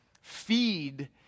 feed